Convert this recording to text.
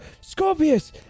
Scorpius